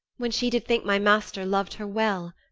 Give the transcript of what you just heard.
when she did think my master lov'd her well,